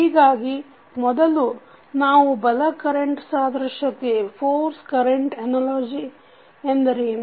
ಹೀಗಾಗಿ ಮೊದಲು ನಾವು ಬಲ ಕರೆಂಟ್ ಸಾದೃಶ್ಯತೆ ಎಂದರೇನು